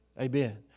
Amen